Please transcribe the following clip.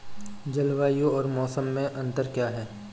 जलवायु और मौसम में अंतर क्या है?